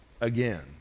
again